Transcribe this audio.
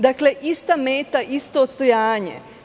Dakle, ista meta, isto odstojanje.